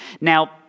Now